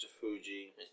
Fuji